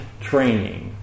training